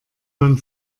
man